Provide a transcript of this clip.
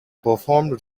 performed